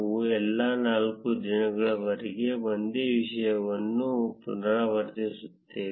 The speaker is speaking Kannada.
ನಾವು ಎಲ್ಲಾ ನಾಲ್ಕು ದಿನಗಳವರೆಗೆ ಒಂದೇ ವಿಷಯವನ್ನು ಪುನರಾವರ್ತಿಸುತ್ತೇವೆ